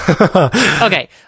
Okay